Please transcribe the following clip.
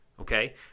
Okay